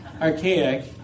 archaic